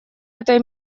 этой